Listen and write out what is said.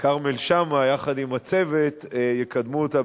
כרמל שאמה יחד עם הצוות יקדמו אותה